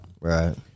Right